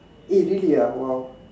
eh really ah !wow!